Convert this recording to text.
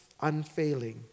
unfailing